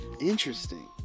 Interesting